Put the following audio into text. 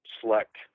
select